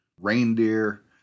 reindeer